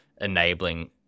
enabling